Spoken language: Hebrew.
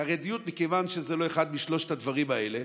חרדיות, מכיוון שזה לא אחד משלושת הדברים האלה,